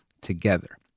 together